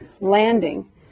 landing